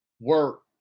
work